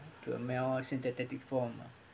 to a more synthetic form